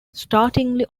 startlingly